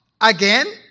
again